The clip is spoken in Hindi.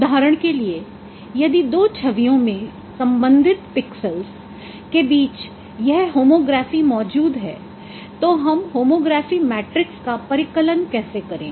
उदाहरण के लिए यदि दो छवियों में संबंधित पीक्सेल्स के बीच यह होमोग्राफी मौजूद है तो होमोग्राफी मैट्रिक्स का परिकलन कैसे करें